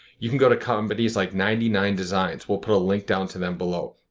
you can go to companies like ninety nine designs. we'll put a link down to them below.